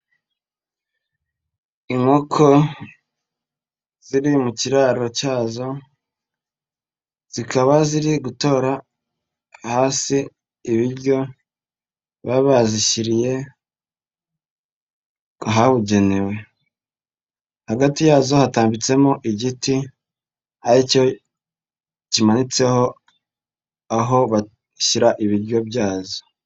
Inkoko ziri mu kiraro cyazo zikaba ziri gutora hasi ibiryo baba bazishyiriye ahabugenewe, hagati yazo hatambitsemo igiti ari cyo kimanitseho aho bashyira ibiryo byazo.